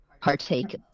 partake